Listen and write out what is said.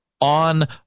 on